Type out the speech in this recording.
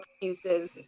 excuses